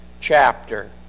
chapter